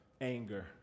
anger